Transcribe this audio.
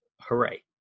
Hooray